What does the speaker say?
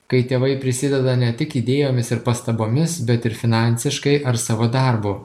kai tėvai prisideda ne tik idėjomis ir pastabomis bet ir finansiškai ar savo darbu